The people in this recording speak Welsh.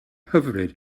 hyfryd